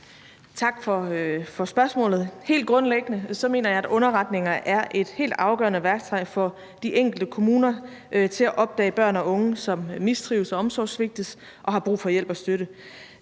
Tak for spørgsmålet. Helt grundlæggende mener jeg, at underretninger er et helt afgørende værktøj for de enkelte kommuner til at opdage børn og unge, som mistrives og omsorgssvigtes og har brug for hjælp og støtte.